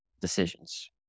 decisions